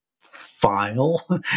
file